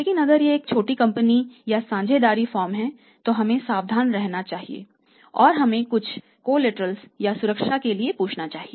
लेकिन अगर यह एक छोटी कंपनी या साझेदारी फर्म है तो हमें सावधान रहना होगा और हमें कुछ कलेटेरल्स या सुरक्षा के लिए पूछना चाहिए